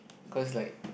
cause like